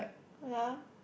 ya